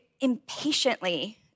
impatiently